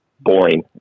boring